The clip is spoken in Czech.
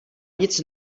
nic